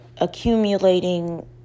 accumulating